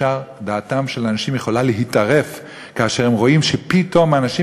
דעתם של אנשים יכולה להיטרף כאשר הם רואים שפתאום מאנשים